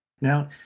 Now